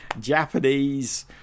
Japanese